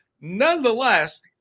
Nonetheless